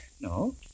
No